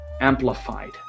amplified